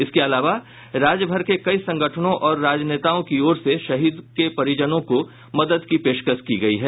इसके अलावा राज्यभर के कई संगठनों और राजनेताओं की ओर से शहीदों के परिजनों को मदद की पेशकश की गयी है